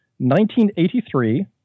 1983